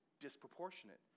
disproportionate